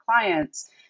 clients